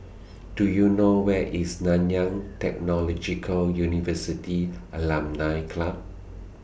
Do YOU know Where IS Nanyang Technological University Alumni Club